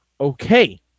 Okay